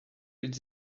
its